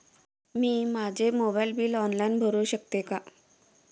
मी माझे mobile bill online भरू शकते का?